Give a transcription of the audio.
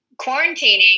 quarantining